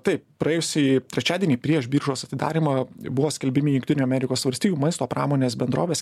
taip praėjusį trečiadienį prieš biržos atidarymą buvo skelbiami jungtinių amerikos valstijų maisto pramonės bendrovės